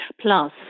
Plus